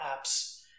apps